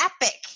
epic